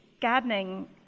gardening